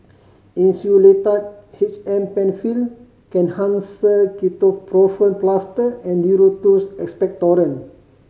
Insulatard H M Penfill Kenhancer Ketoprofen Plaster and Duro Tuss Expectorant